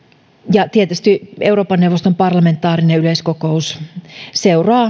ja tietysti euroopan neuvoston parlamentaarinen yleiskokous seuraa